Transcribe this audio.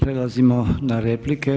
Prelazimo na replike.